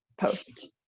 post